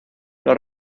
los